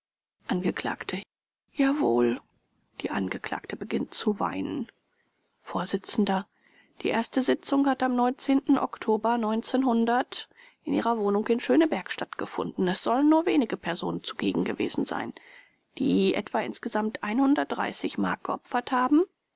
angekl jawohl die angeklagte beginnt zu weinen vors die erste sitzung hat am oktober in ihrer wohnung in schöneberg stattgefunden es sollen nur wenige personen zugegen gewesen sein die etwa insgesamt mark geopfert haben